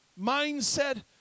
mindset